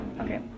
Okay